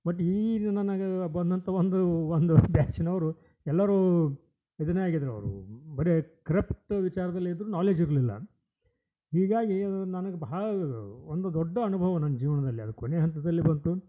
but ಈಗ ನನಗೆ ಬಂದಂಥ ಒಂದು ಒಂದೊಂದು ಬ್ಯಾಚಿನವರು ಎಲ್ಲರೂ ಇದನ್ನೆ ಆಗಿದ್ರು ಅವರು ಬರೀ ಕರಪ್ಟ್ ವಿಚಾರದಲ್ಲಿದ್ದರು ನಾಲೆಜ್ ಇರಲಿಲ್ಲ ಹೀಗಾಗಿ ನನಗೆ ಬಹಳಾ ಒಂದು ದೊಡ್ಡ ಅನುಭವ ನನ್ನ ಜೀವನದಲ್ಲಿ ಅದು ಕೊನೆ ಹಂತದಲ್ಲಿ ಬಂತು